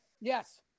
yes